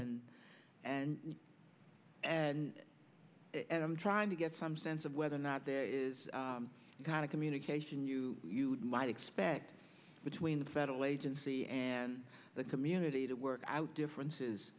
p and i'm trying to get some sense of whether or not there is a kind of communication you might expect between the federal agency and the community to work out differences